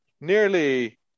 nearly